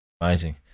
Amazing